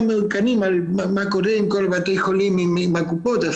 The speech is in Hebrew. מעודכנים מה קורה עם כל בתי החולים ועם הקופות.